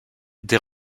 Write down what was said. des